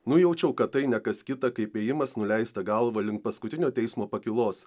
nujaučiau kad tai ne kas kita kaip ėjimas nuleista galva link paskutinio teismo pakylos